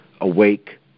awake